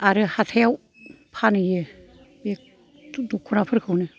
आरो हाथायाव फानहैयो बे दखनाफोरखौनो